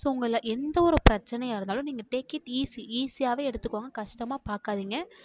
so உங்களை எந்த ஒரு பிரச்சனையாக இருந்தாலும் நீங்கள் டேக் இட் ஈஸி ஈஸியாகவே எடுத்துக்கங்க கஷ்டமாக பார்க்காதீங்க